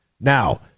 Now